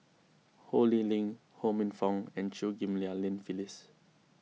Ho Lee Ling Ho Minfong and Chew Ghim Lian Phyllis